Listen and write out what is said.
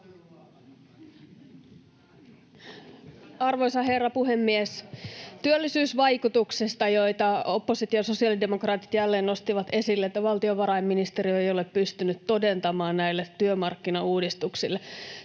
Arvoisa herra puhemies! Työllisyysvaikutuksista opposition sosiaalidemokraatit jälleen nostivat esille sen, että valtiovarainministeriö ei ole pystynyt todentamaan niitä näille työmarkkinauudistuksille.